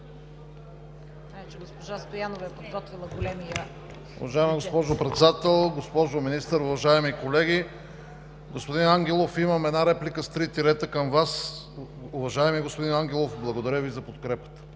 Уважаема госпожо Председател, госпожо Министър, уважаеми колеги! Господин Ангелов, имам една реплика с три тирета към Вас. Уважаеми господин Ангелов, благодаря Ви за подкрепата.